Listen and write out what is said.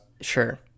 sure